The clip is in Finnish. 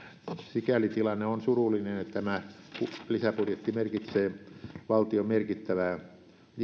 tilanne on sikäli surullinen että tämä lisäbudjetti merkitsee valtion merkittävää